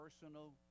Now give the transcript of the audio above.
personal